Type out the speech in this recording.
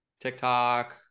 tiktok